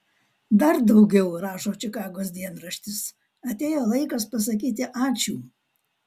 dar daugiau rašo čikagos dienraštis atėjo laikas pasakyti ačiū